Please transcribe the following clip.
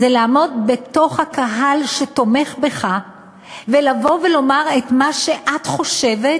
זה לעמוד בתוך הקהל שתומך בך ולבוא ולומר את מה שאת חושבת,